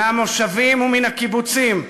מהמושבים ומהקיבוצים,